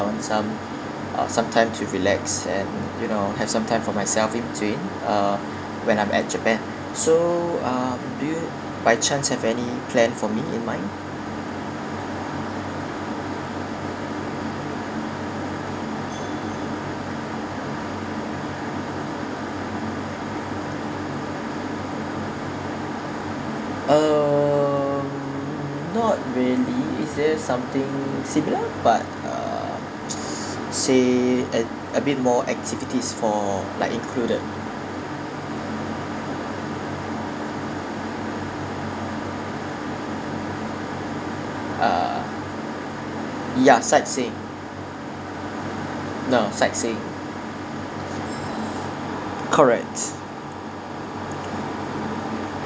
I want some ah some time to relax and you know have some time for myself in between uh when I'm at japan so um do you by chance have any plan for me in mind um not really is there something similar but uh say at a bit more activities for like included uh ya sightseeing no sightseeing correct